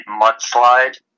mudslide